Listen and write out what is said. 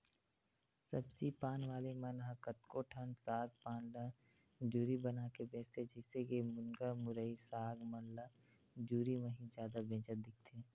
सब्जी पान वाले मन ह कतको ठन साग पान ल जुरी बनाके बेंचथे, जइसे के मुनगा, मुरई, साग मन ल जुरी म ही जादा बेंचत दिखथे